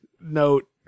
note